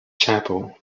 chapel